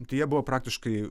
tai jie buvo praktiškai